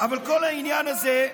אבל כל העניין הזה,